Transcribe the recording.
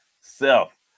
self